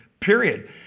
Period